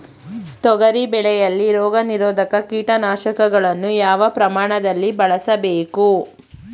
ತೊಗರಿ ಬೆಳೆಯಲ್ಲಿ ರೋಗನಿರೋಧ ಕೀಟನಾಶಕಗಳನ್ನು ಯಾವ ಪ್ರಮಾಣದಲ್ಲಿ ಬಳಸಬೇಕು?